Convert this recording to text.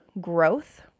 growth